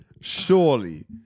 Surely